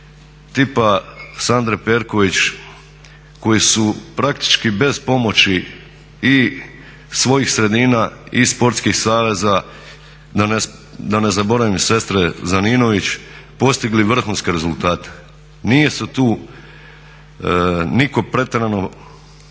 tipa Sandre Perković koji su praktički bez pomoći i svojih sredina i sportskih saveza da ne zaboravim sestre Zaninović postigli vrhunske rezultate. Nije tu niko pretjerano